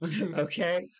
Okay